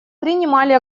принимали